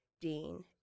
Dean